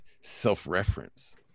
self-reference